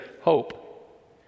hope